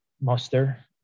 muster